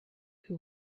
who